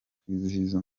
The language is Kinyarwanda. kwizihiza